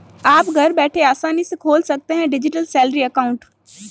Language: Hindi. आप घर बैठे आसानी से खोल सकते हैं डिजिटल सैलरी अकाउंट